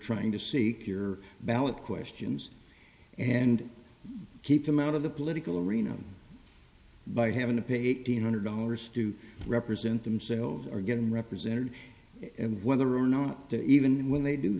trying to seek your ballot questions and keep them out of the political arena by having to pay eight hundred dollars to represent themselves or getting represented and whether or not that even when they do